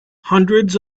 hundreds